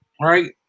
right